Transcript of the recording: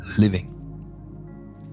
living